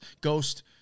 Ghost